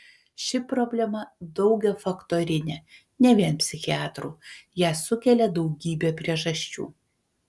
ši problema daugiafaktorinė ne vien psichiatrų ją sukelia daugybė priežasčių